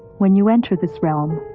when you enter this realm,